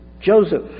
Joseph